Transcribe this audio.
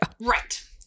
Right